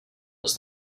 was